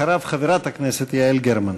אחריו, חברת הכנסת יעל גרמן.